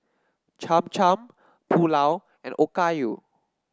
Cham Cham Pulao and Okayu